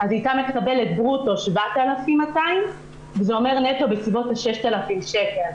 אז היא היתה מקבלת ברוטו 7,200 וזה אומר שהנטו היה בסביבות 6,000 שקל.